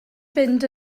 fynd